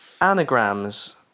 Anagrams